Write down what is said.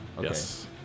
Yes